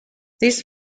these